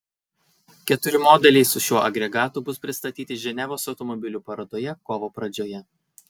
keturi modeliai su šiuo agregatu bus pristatyti ženevos automobilių parodoje kovo pradžioje